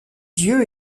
dieu